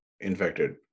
infected